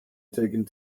taking